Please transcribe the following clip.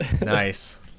Nice